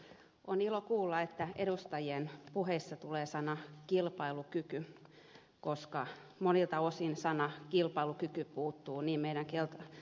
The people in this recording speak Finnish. on ilo kuulla että edustajien puheissa tulee sana kilpailukyky koska monilta osin sana kilpailukyky puuttuu